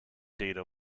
data